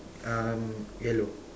um yellow